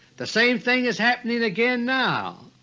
the same thing is happening again now,